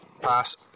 Pass